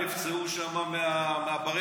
שוטרים נפצעו שם מהבריירות.